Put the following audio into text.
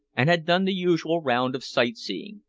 and had done the usual round of sight-seeing.